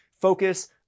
Focus